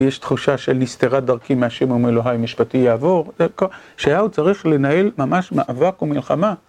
יש תחושה של נסתרה דרכי מה' ומאלהי משפטי יעבור, שאליהו צריך לנהל ממש מאבק ומלחמה.